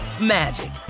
magic